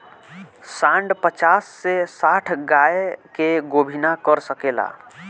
सांड पचास से साठ गाय के गोभिना कर सके ला